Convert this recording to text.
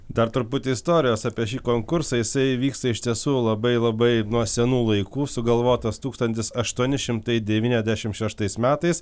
dar truputį istorijos apie šį konkursą jisai vyksta iš tiesų labai labai nuo senų laikų sugalvotas tūkstantis aštuoni šimtai devyniasdešimt šeštais metais